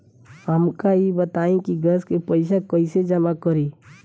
हमका ई बताई कि गैस के पइसा कईसे जमा करी?